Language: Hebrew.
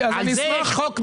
זה חוק בין-לאומי.